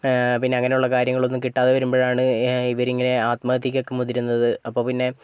പിന്നെ അങ്ങനുള്ള കാര്യങ്ങളൊന്നും കിട്ടാതെ വരുമ്പോഴാണ് ഇവരിങ്ങനെ ആത്മഹത്യക്കൊക്കെ മുതിരുന്നത് അപ്പോൾ പിന്നെ